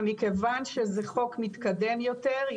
ומכיוון שזה חוק מתקדם יותר,